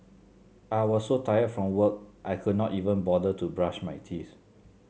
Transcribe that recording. I was so tired from work I could not even bother to brush my teeth